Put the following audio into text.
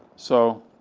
so,